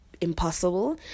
impossible